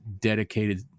dedicated